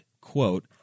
quote